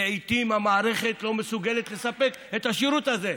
ולעיתים המערכת לא מסוגלת לספק את השירות הזה.